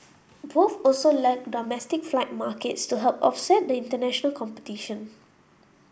both also lack domestic flight markets to help offset the international competition